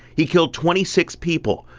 he killed twenty six people,